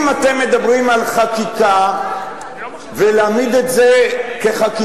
אם אתם מדברים על חקיקה ולהעמיד את זה כחקיקה,